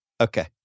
Okay